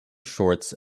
shorts